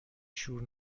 شور